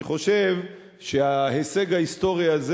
אני חושב שההישג ההיסטורי הזה